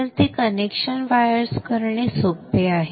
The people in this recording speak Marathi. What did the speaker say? तर ते कनेक्शन वायर्स करणे सोपे आहे